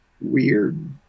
weird